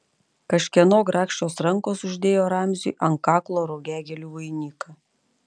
kažkieno grakščios rankos uždėjo ramziui ant kaklo rugiagėlių vainiką